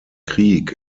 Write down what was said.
krieg